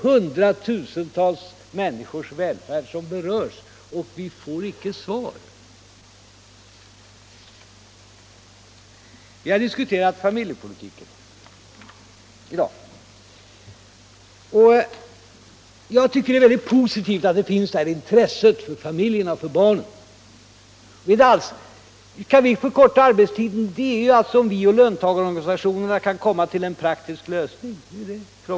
Hundratusentals människors välfärd berörs, men vi får inte något svar på våra frågor. Vi har diskuterat familjepolitiken i dag. Jag tycker att det är positivt att ni har detta intresse för familjen och barnen. Vi vill förkorta arbetstiden om vi och löntagarorganisationerna kan komma fram till en praktisk lösning. Det är det saken gäller.